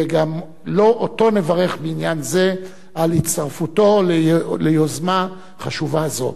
וגם אותו נברך בעניין זה על הצטרפותו ליוזמה חשובה זו.